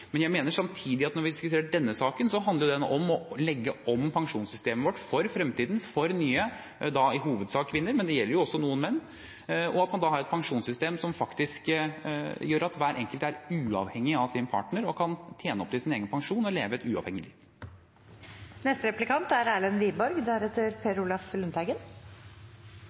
men jeg mener samtidig at når vi diskuterer denne saken, handler den om å legge om pensjonssystemet vårt for fremtiden, i hovedsak for kvinner, men det gjelder også noen menn, og om å ha et pensjonssystem som gjør at hver enkelt er uavhengig av sin partner, kan tjene opp til sin egen pensjon og leve et uavhengig liv. Jeg regner med at statsråden er